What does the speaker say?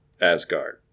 Asgard